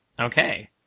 Okay